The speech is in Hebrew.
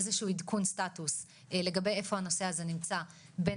איזשהו עדכון סטטוס לגבי איפה הנושא הזה נמצא בין